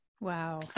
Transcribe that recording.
wow